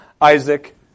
Isaac